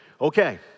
Okay